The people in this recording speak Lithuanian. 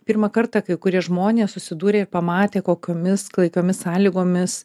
pirmą kartą kai kurie žmonės susidūrėir pamatė kokiomis klaikiomis sąlygomis